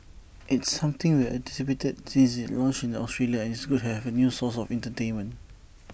it's something we anticipated since IT launched in Australia and it's good to have A new source of entertainment